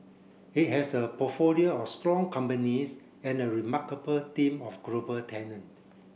it has a portfolio of strong companies and a remarkable team of global talent